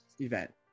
event